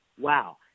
Wow